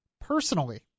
personally